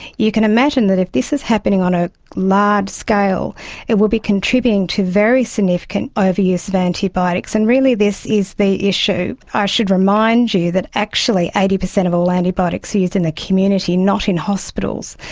you can imagine that if this is happening on a large scale it would be contributing to very significant overuse of antibiotics, and really this is the issue. i should remind you that actually eighty percent of all antibiotics are used in the community, not in hospitals.